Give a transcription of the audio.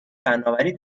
فنآوری